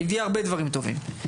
והביאה הרבה דברים טובים.